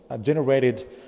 generated